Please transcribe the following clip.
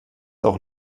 auch